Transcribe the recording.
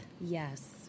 Yes